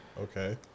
Okay